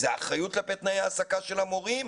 זה אחריות כלפי תנאי העסקה של המורים,